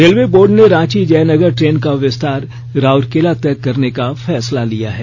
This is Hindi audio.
रेलवे बोर्ड ने रांची जयनगर ट्रेन का विस्तार राउरकेला तक करने का फैसला लिया है